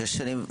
זה חשוב.